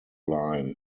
line